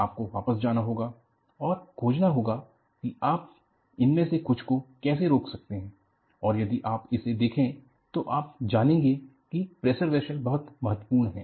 आपको वापस जाना होगा और खोजना होगा कि आप इनमें से कुछ को कैसे रोक सकते हैं और यदि आप इसे देखें तो आप जानेंगे कि प्रेशर वेसल बहुत महत्वपूर्ण है